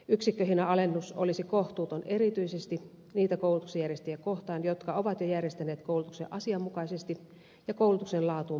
yksikköhinnan alennus olisi kohtuuton erityisesti niitä koulutuksen järjestäjiä kohtaan jotka ovat jo järjestäneet koulutuksen asianmukaisesti ja koulutuksen laatuun panostaen